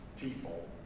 people